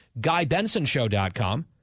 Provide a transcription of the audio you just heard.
guybensonshow.com